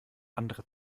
andere